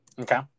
Okay